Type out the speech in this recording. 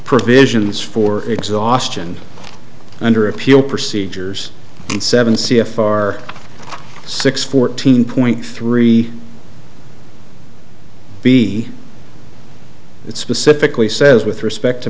provisions for exhaustion under appeal procedures and seven c f r six fourteen point three b it specifically says with respect to